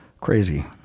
crazy